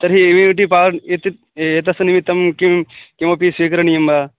तर्हि विविटि पार् इति एतस्य निमित्तं किं किमपि स्वीकरणीयं वा